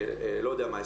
לא יודע מה,